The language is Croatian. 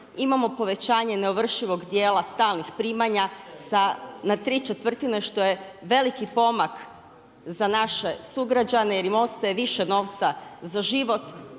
imamo povećanje neovršivog djela stalnih primanja na 3/4 što je veliki pomak za naše sugrađane jer im ostaje više novca za život.